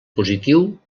positiu